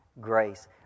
grace